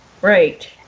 Right